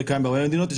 שזה קיים בהרבה מדינות,